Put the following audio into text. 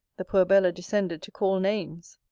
the poor bella descended to call names.